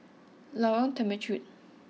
Lorong Temechut